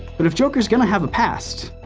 but if joker's gonna have a past,